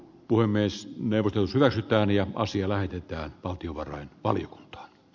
puhemies ruslan sydän ja asia lähetetään valtiovarainvaliokuntaan d